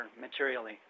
materially